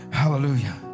hallelujah